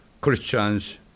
Christians